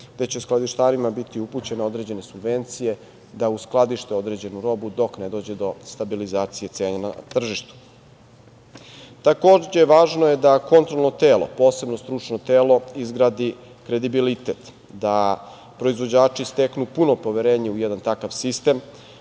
gde će skladištarima biti upućene određene subvencije da uskladište određenu robu dok ne dođe do stabilizacije cena na tržištu. Takođe, važno je da kontrolno telo, posebno stručno telo izgradi kredibilitet, da proizvođači steknu puno poverenje u jedan takav sistem